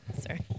sorry